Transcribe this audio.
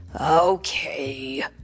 Okay